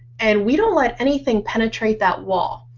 and we don't let anything penetrate that wall.